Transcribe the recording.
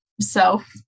self